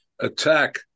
attack